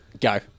Go